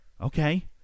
Okay